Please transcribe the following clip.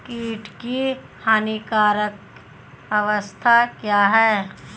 कीट की हानिकारक अवस्था क्या है?